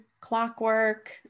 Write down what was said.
Clockwork